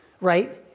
right